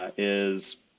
ah is